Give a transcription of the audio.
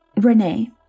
Renee